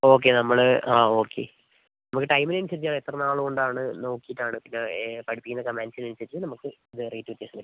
okay നമ്മൾ ആ okay നമുക്ക് ടൈമിന് അനുസരിച്ചാണ് എത്ര നാളുകൊണ്ടാണ് നോക്കിയിട്ടാണ് പിന്നെ പഠിപ്പിക്കുന്ന കമാൻഡ്സിനനുസരിച്ച് നമുക്ക് റേറ്റ് വ്യത്യാസം വരും